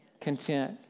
Content